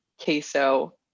queso